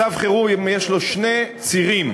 מצב חירום, יש לו שני צירים: